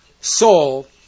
Saul